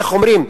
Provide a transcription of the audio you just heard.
איך אומרים,